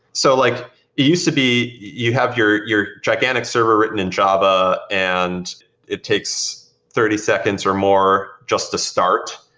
so like used to be, you have your your gigantic server written in java and it takes thirty seconds or more just to start,